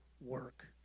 work